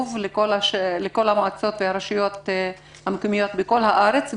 כאוב מאוד לכל המועצות והרשויות המקומיות בכל הארץ,